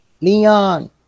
Leon